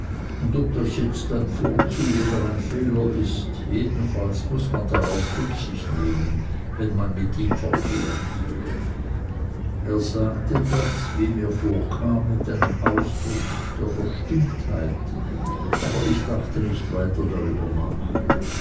und ob das jetzt ein vorzug oder ein fehler ist jedenfalls muß man darauf rücksicht nehmen wenn man mit ihm verkehrt er sagte das wie mir vorkam mit einem ausdruck der verstimmtheit aber ich dachte nicht weiter darüber nach